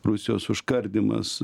rusijos užkardymas